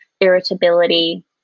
irritability